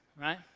right